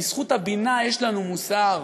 בזכות הבינה יש לנו מוסר,